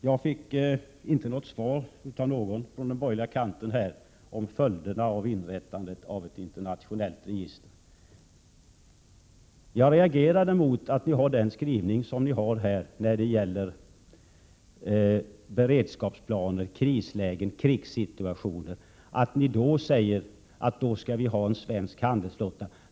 Jag fick inte något svar från de borgerliga beträffande följderna av ett inrättande av ett internationellt register. För min del reagerar jag mot er skrivning i fråga om beredskapsplaner, krislägen och krigssituationer. Ni säger att vi då skall ha en svensk handelsflotta.